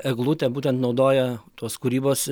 eglutę būtent naudojo tuos kūrybos